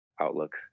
outlook